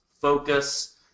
focus